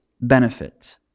benefit